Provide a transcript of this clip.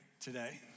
today